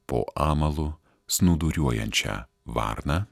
po amalu snūduriuojančią varną